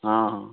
ହଁ ହଁ